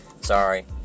Sorry